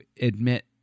admit